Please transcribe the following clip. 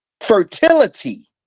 fertility